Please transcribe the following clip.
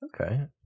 Okay